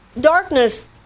darkness